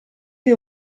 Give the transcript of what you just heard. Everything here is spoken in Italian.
che